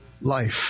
life